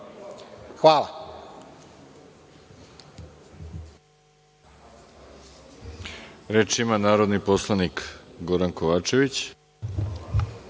Hvala